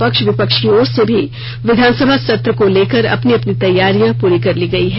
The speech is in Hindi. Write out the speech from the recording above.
पक्ष विपक्ष की ओर से भी विधानसभा सत्र को लेकर अपनी अपनी तैयारियां पूरी कर ली गयी है